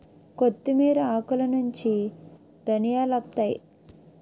కొత్తిమీర ఆకులనుంచి ధనియాలొత్తాయి